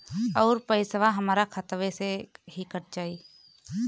अउर पइसवा हमरा खतवे से ही कट जाई?